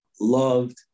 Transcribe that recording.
loved